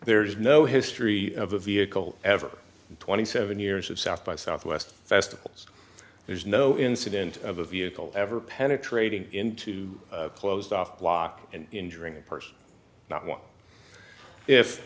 there's no history of the vehicle ever twenty seven years of south by southwest festival there's no incident of a vehicle ever penetrating into a closed off block and injuring a person not one if